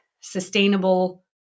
sustainable